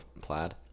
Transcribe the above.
plaid